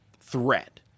threat